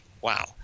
wow